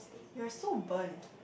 you are so burnt